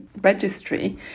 registry